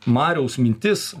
mariaus mintis